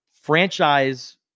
franchise